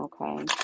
okay